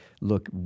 look